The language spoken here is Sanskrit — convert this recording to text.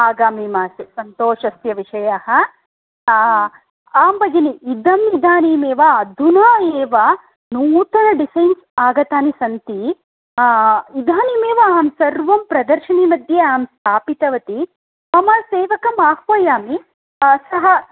आगमि मासे सन्तोषस्य विषयः आं भगिनि इदम् इदानीमेव अधुना एव नूतन डिसैन्स् आगतानि सन्ति इदानीमेव अहं सर्वं प्रर्दशीनी मध्ये अहं स्थापितवती मम सेवकम् आह्वयामि सः